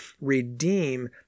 redeem